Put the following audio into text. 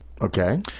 Okay